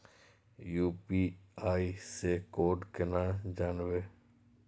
UPI से code केना जानवै?